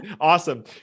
Awesome